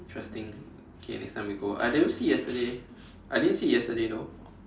interesting okay next time we go I never see yesterday I didn't see it yesterday though